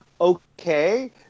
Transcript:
okay